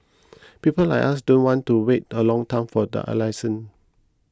people like us don't want to wait a long time for the a license